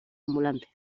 ambulante